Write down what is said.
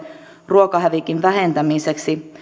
ruokahävikin vähentämiseksi